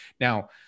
Now